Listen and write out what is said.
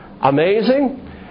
amazing